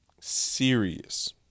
serious